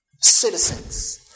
citizens